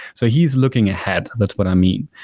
so he's looking ahead, that's what i mean.